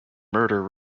murder